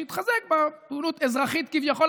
שהתחזק בפעילות אזרחית כביכול,